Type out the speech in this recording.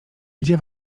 gdzie